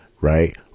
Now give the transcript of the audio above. right